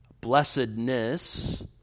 blessedness